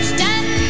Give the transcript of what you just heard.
Stand